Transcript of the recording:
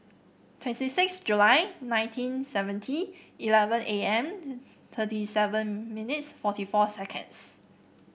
twenty six July nineteen seventy eleven A M thirty seven minutes forty four seconds